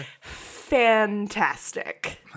fantastic